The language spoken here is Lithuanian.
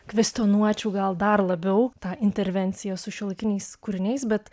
kvestionuočiau gal dar labiau tą intervenciją su šiuolaikiniais kūriniais bet